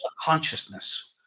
consciousness